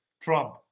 Trump